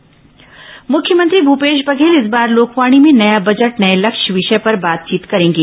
लोकवाणी मुख्यमंत्री भूपेश बघेल इस बार लोकवाणी में नया बजट नये लक्ष्य विषय पर बातचीत करेंगे